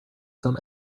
some